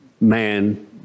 man